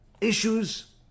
issues